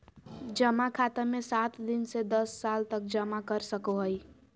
जमा खाते मे सात दिन से दस साल तक जमा कर सको हइ